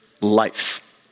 life